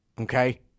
Okay